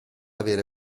avere